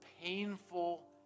painful